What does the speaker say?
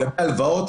לגבי ההלוואות,